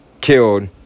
killed